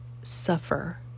suffer